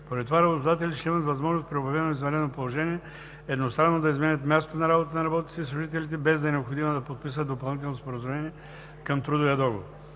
Поради това работодателите ще имат възможност при обявено извънредно положение едностранно да изменят мястото на работата на работниците и служителите, без да е необходимо да подписват допълнително споразумение към трудовия договор.